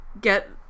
get